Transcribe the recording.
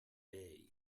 bay